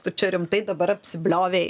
tu čia rimtai dabar apsibliovei